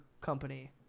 Company